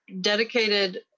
Dedicated